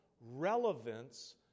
relevance